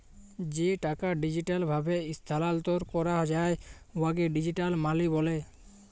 যে টাকা ডিজিটাল ভাবে ইস্থালাল্তর ক্যরা যায় উয়াকে ডিজিটাল মালি ব্যলে